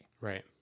Right